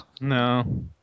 No